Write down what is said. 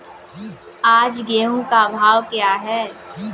आज गेहूँ का भाव क्या है?